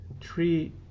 three